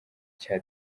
cya